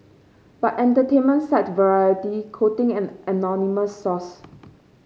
but entertainment site variety quoting an anonymous source